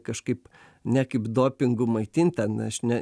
kažkaip ne kaip dopingu maitint ten aš ne